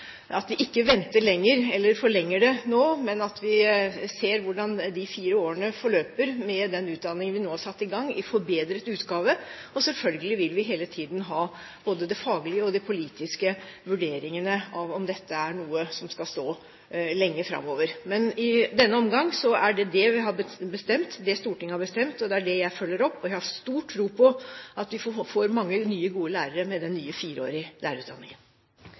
ser hvordan de fire årene forløper med den utdanningen vi nå har satt i gang i forbedret utgave. Selvfølgelig vil vi hele tiden ha både de faglige og politiske vurderingene av om dette er noe som skal stå lenge framover. Men i denne omgang er det det vi har bestemt – det Stortinget har bestemt – og det er det jeg følger opp. Jeg har stor tro på at vi får mange gode nye lærere med den fireårige lærerutdanningen.